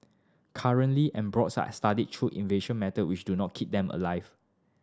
currently embryos are studied through invasive method which do not keep them alive